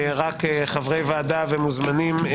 רק חברי הוועדה ומוזמנים.